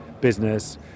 business